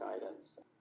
guidance